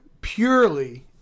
purely